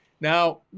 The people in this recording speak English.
now